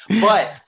But-